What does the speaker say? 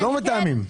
לא מתאמים.